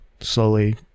slowly